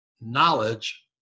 knowledge